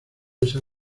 esa